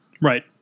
Right